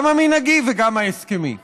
גם המנהגי וגם ההסכמי.